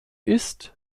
ist